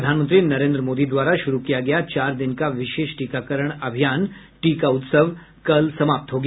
प्रधानमंत्री नरेन्द्र मोदी द्वारा शुरू किया गया चार दिन का विशेष टीकाकरण अभियान टीका उत्सव कल समाप्त हो गया